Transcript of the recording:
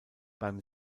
beim